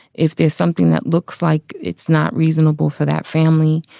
if there's something that looks like it's not reasonable for that family,